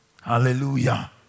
Hallelujah